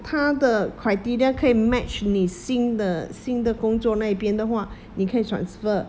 他的 criteria 可以 match 你新的新的工作那一边的话你可以 transfer